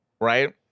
right